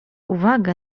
uwagę